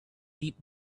deep